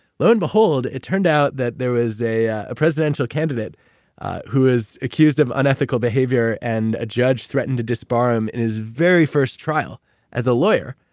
lo and behold, it turned out that there was a a presidential candidate who was accused of unethical behavior and a judge threatened to disbar him in his very first trial as a lawyer,